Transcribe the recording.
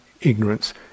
ignorance